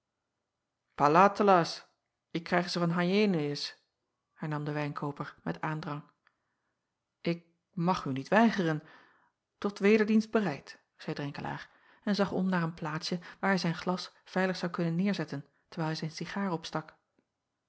ik krijg ze van ajenius hernam de wijnkooper met aandrang k mag u niet weigeren tot wederdienst bereid zeî renkelaer en zag om naar een plaatsje waar hij zijn glas veilig zou kunnen neêrzetten terwijl hij zijn cigaar opstak